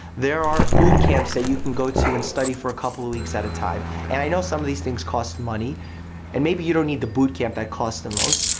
there are boot camps that you can go to and study for a couple of weeks at a time. and i know some of these things cost money and maybe you don't need the boot camp that costs the most,